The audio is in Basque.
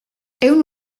ehun